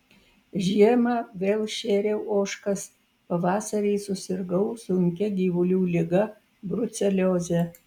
žiemą vėl šėriau ožkas pavasarį susirgau sunkia gyvulių liga brucelioze